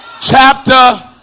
chapter